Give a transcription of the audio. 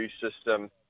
system